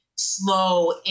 slow